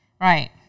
Right